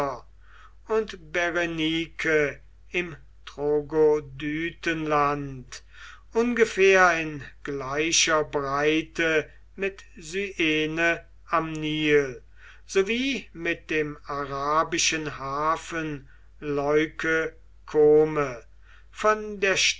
und berenike im trogodytenland ungefähr in gleicher breite mit syene am nil sowie mit dem arabischen hafen leuke kome von der